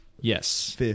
Yes